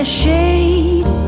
shade